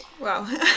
Wow